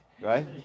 Right